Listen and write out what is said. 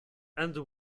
and